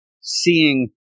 seeing